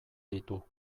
ditu